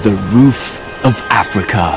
the roof of africa